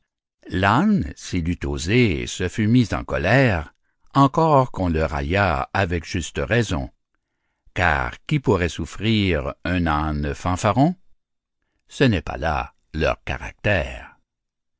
l'âne s'il eût osé se fût mis en colère encor qu'on le raillât avec juste raison car qui pourrait souffrir un âne fanfaron ce n'est pas là leur caractère